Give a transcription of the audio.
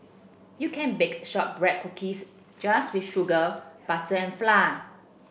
you can bake shortbread cookies just with sugar butter and flour